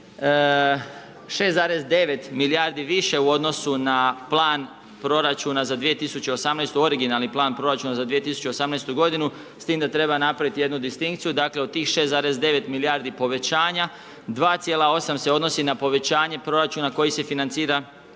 za 2018. originalni plan proračuna za 2018. godinu s tim da treba napraviti jednu distinkciju, dakle u tih 6,9 milijardi povećanja 2,8 se odnosi na povećanje proračuna koji se financira iz tzv.